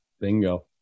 Bingo